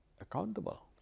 accountable